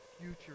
future